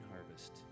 harvest